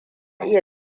iya